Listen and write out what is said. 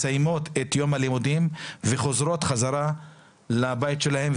מסיימות את יום הלימודים וחוזרות חזרה לבית שלהן,